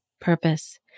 purpose